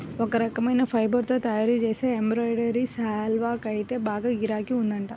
ఒక రకమైన ఫైబర్ తో తయ్యారుజేసే ఎంబ్రాయిడరీ శాల్వాకైతే బాగా గిరాకీ ఉందంట